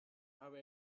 have